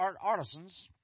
artisans